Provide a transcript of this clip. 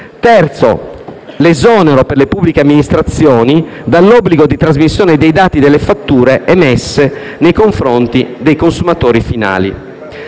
luogo, l'esonero per le pubbliche amministrazioni dall'obbligo di trasmissione dei dati delle fatture emesse nei confronti dei consumatori finali.